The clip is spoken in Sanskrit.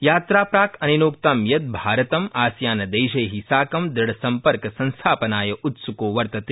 यात्राप्राक् अनेनोक्तं यत् भारतम् आसियान देशै साकं द्रढ़सम्पर्क संस्थापनाय उत्सुको वर्तते